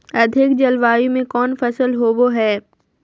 अधिक जलवायु में कौन फसल होबो है?